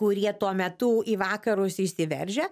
kurie tuo metu į vakarus įsiveržia